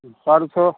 परसों